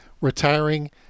retiring